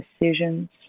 decisions